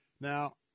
Now